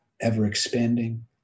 ever-expanding